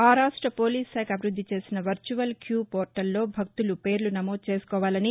ఆ రాష్ట పోలీస్శాఖ అభివృద్ది చేసిన వర్చువల్ క్యూ పోర్లల్లో భక్తులు పేర్లు నమోదు చేసుకోవాలని